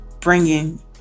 bringing